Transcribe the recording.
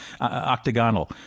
octagonal